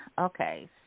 Okay